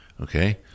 okay